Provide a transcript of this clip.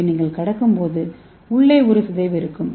ஏவை நீங்கள் கடக்கும்போது உள்ளே ஒரு சிதைவு இருக்கும்